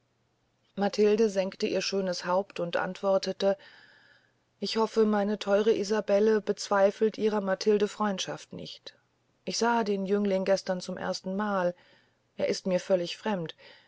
matilde senkte ihr schönes haupt und antwortete ich hoffe meine theure isabelle bezweifelt ihrer matilde freundschaft nicht ich sah den jüngling gestern zum erstenmal er ist mir völlig fremd